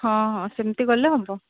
ହଁ ହଁ ସେମିତି କଲେ ହେବ